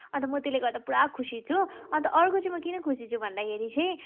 अन्त म त्यसले गर्दा पुरा खुसी छु अन्त अर्को चाहिँ म किन खुसी छु भन्दाखेेरि चाहिँ